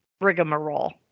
rigmarole